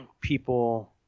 people